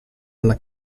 alla